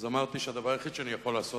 אז אמרתי שהדבר היחיד שאני יכול לעשות